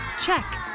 Check